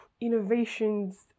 innovations